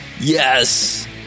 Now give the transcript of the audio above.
Yes